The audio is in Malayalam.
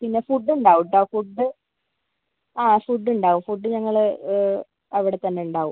പിന്നെ ഫുഡ്ഡുണ്ടാവുട്ടോ ഫുഡ്ഡ് ആ ഫുഡ്ഡുണ്ടാവും ഫുഡ്ഡ് ഞങ്ങൾ അവിടെ തന്നെയുണ്ടാവും